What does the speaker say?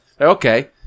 Okay